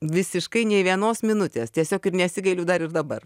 visiškai nei vienos minutės tiesiog ir nesigailiu dar ir dabar